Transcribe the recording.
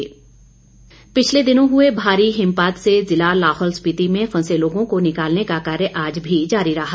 बचाव कार्य पिछले दिनों हुए भारी हिमपात से ज़िला लाहौल स्पिति में फंसे लोगों को निकालने का कार्य आज भी जारी रहा